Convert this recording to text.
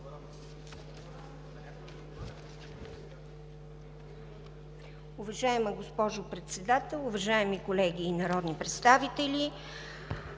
Уважаема госпожо Председател, уважаеми колеги народни представители!